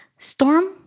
Storm